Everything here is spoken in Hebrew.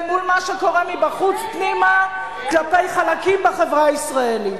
מול מה שקורה מבחוץ פנימה כלפי חלקים בחברה הישראלית,